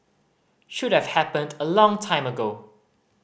should have happened a long time ago